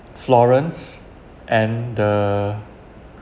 florence and the